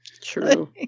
True